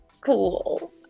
cool